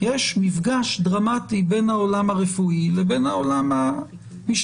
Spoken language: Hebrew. יש מפגש דרמטי בין העולם הרפואי לבין העולם המשטרתי-חקירתי.